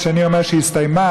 כשאני אומר שהיא הסתיימה,